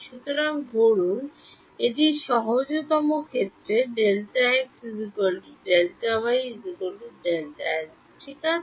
সুতরাং ধরুন এটি সহজতম ক্ষেত্রে Δx Δy Δs ঠিক আছে